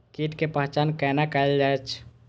कीटक पहचान कैना कायल जैछ?